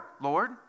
Lord